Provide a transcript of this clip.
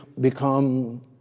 become